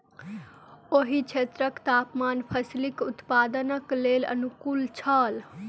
ओहि क्षेत्रक तापमान फसीलक उत्पादनक लेल अनुकूल छल